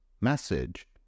message